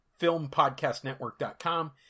filmpodcastnetwork.com